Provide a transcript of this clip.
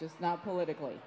just not politically